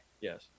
yes